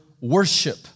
worship